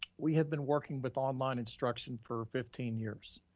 we have been working with online instruction for fifteen years,